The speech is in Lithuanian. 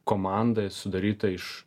komanda sudaryta iš